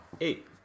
Eight